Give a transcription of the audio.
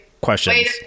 questions